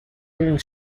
hearing